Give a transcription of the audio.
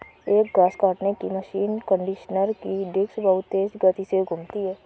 एक घास काटने की मशीन कंडीशनर की डिस्क बहुत तेज गति से घूमती है